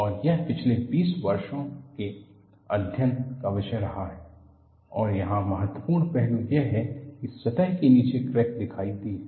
और यह पिछले 20 वर्षों से अध्ययन का विषय रहा है और यहां महत्वपूर्ण पहलू यह है कि सतह के नीचे क्रैक दिखाई दी है